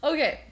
Okay